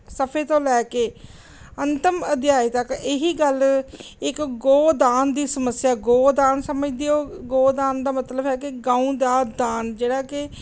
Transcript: ਸਫ਼ੇ ਤੋਂ ਲੈ ਕੇ ਅੰਤਿਮ ਅਧਿਆਏ ਤੱਕ ਇਹੀ ਗੱਲ ਇੱਕ ਗੋਦਾਨ ਦੀ ਸਮੱਸਿਆ ਗੋਦਾਨ ਸਮਝਦੇ ਹੋ ਗੋਦਾਨ ਦਾ ਮਤਲਬ ਹੈ ਕਿ ਗਊ ਦਾ ਦਾਨ ਜਿਹੜਾ ਕਿ